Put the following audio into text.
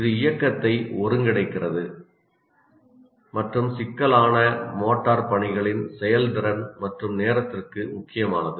இது இயக்கத்தை ஒருங்கிணைக்கிறது மற்றும் சிக்கலான மோட்டார் பணிகளின் செயல்திறன் மற்றும் நேரத்திற்கு முக்கியமானது